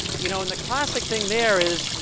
you know and the classic thing there is,